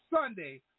Sunday